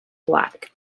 black